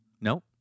no